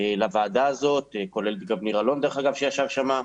לוועדה הזאת, כולל גם ניר אלון, דרך אגב, שישב שם.